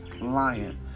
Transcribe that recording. lion